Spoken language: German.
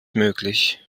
möglich